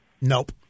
Nope